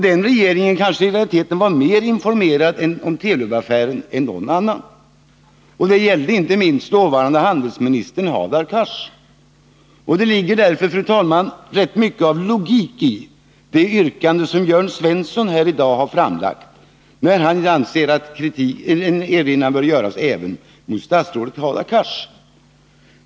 Den regeringen var kanske i realiteten mer informerad om Telub-affären än någon annan. Detta gäller inte minst dåvarande handelsministern Hadar Cars. Det ligger därför, fru talman, rätt mycket logik i det yrkande som Jörn Svensson i dag har framlagt. Han anser nämligen att en erinran bör framställas även mot f. d. statsrådet Hadar Cars.